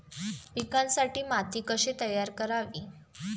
पिकांसाठी माती कशी तयार करावी?